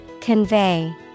Convey